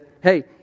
hey